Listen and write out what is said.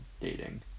dating